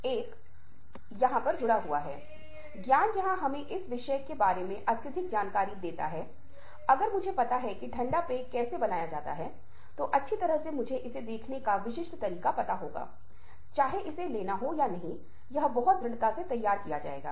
यह एक बहुत ही मार्मिक कहानी है क्योंकि यह सुनने या ना सुनने के बारे में एक कहानी है और यह पारस्परिक संचार के बारे में एक कहानी है जहां पहले 3 उदाहरणों में संचार विफल रहता है और आखिरी उदाहरण में जहां वह घोड़े को यह बताने की कोशिश कर रहा है आप महसूस करते हैं कि सुनना बहुत महत्वपूर्ण है